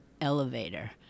elevator